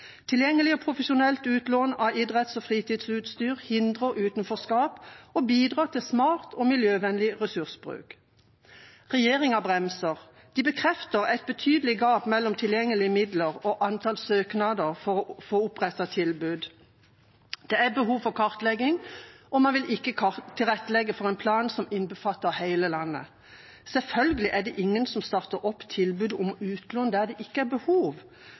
Tilgjengelig og profesjonelt utlån av idretts- og fritidsutstyr hindrer utenforskap og bidrar til smart og miljøvennlig ressursbruk. Regjeringa bremser. De bekrefter et betydelig gap mellom tilgjengelige midler og antall søknader for å få opprettet tilbud. Det er behov for kartlegging, og man vil ikke tilrettelegge for en plan som innbefatter hele landet. Selvfølgelig er det ingen som starter opp tilbud om utlån der det ikke er behov.